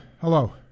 hello